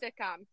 sitcom